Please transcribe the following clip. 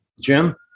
Jim